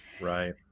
Right